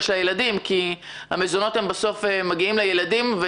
של הילדים כי המזונות בסוף מגיעים לילדים,